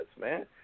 man